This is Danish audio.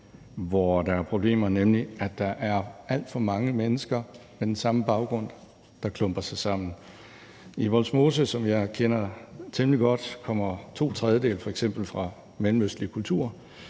hvor der er problemer, simpelt hen er, at der er alt for mange mennesker med den samme baggrund, der klumper sig sammen. I Vollsmose, som jeg kender temmelig godt, kommer to tredjedele f.eks. fra mellemøstlige kulturer,